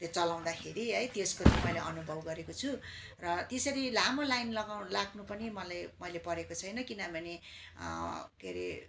त्यो चलाउँदाखेरि है त्यसको चाहिँ मैले अनुभव गरेको छु र त्यसरी लामो लाइन लगाउ लाग्नु पनि मलाई मैले परेको छैन किनभने के अरे